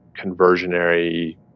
conversionary